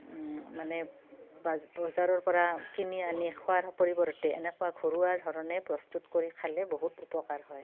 মানে বা বজাৰৰ পৰা কিনি আনি খোৱাৰ পৰিৱৰ্তে এনেকুৱা ঘৰুৱা ধৰণে প্ৰস্তুত কৰি খালে বহুত উপকাৰ হয়